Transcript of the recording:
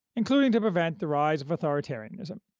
including to prevent the rise of authoritarianism.